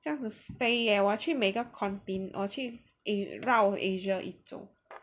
这样子飞我要去每个 conti~ 我去绕 Asia 一周